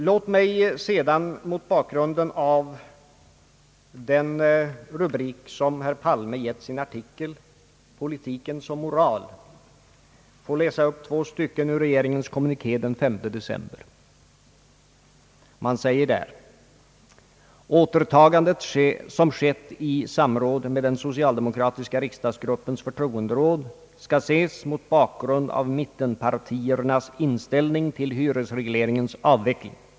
Låt mig sedan mot bakgrunden av den rubrik som herr Palme gett sin artikel, »Politiken som moral«, få läsa upp två stycken ur regeringens kommuniké den 5 december. Man säger där: »Återtagandet som skett i samråd med den socialdemokratiska = riksdagsgruppens förtroenderåd skall ses mot bakgrund av mittenpartiernas inställning till hyresregleringens avveckling.